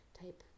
type